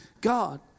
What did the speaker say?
God